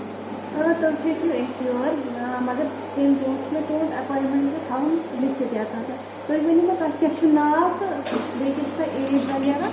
آ تُہۍ ہیٚکِو یِتھ یور نہٕ مَگر تَمہِ برٛونٛٹھ چھُ مےٚ تُہُنٛد ایپواینٛٹمٮ۪نٛٹ تھاوُن لٮ۪کھِتھ ییٚتٮ۪ن تُہۍ ؤنِو مےٚ تۄہہِ کیٛاہ چھُو ناو تہٕ بیٚیہِ کیٛاہ چھُو تۄہہِ ایج وغیرہ